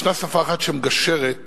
יש שפה אחת שמגשרת